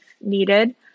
needed